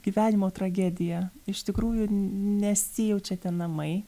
gyvenimo tragedija iš tikrųjų nesijaučiate namai